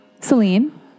Celine